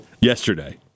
yesterday